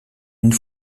une